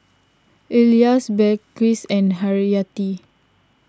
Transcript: Elyas Balqis and Haryati